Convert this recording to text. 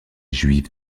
juive